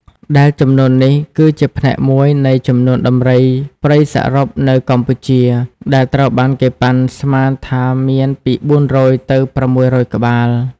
ដែលចំនួននេះគឺជាផ្នែកមួយនៃចំនួនដំរីព្រៃសរុបនៅកម្ពុជា ដែលត្រូវបានគេប៉ាន់ស្មានថាមានពី ៤០០ ទៅ ៦០០ក្បាល។